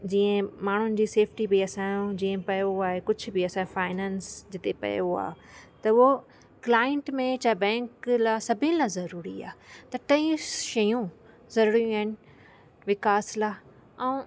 जीअं माण्हुनि जी सेफ्टी बि असांजो जीअं पियो आहे कुझु बि असांजे फाइनेंस जिते पियो आहे त उहो क्लाइंट में चाहे बैंक लाइ सभिनि लाइ ज़रूरी आहे त टई शयूं ज़रूरी आहिनि विकास लाइ ऐं